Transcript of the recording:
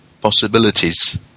possibilities